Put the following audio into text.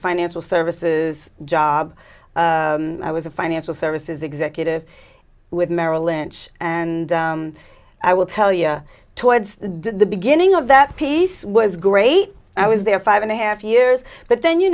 financial sir mrs job i was a financial services executive with merrill lynch and i will tell you towards the beginning of that piece was great i was there five and a half years but then you